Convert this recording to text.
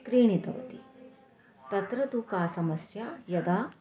क्रीतवती तत्र तु का समस्या यदा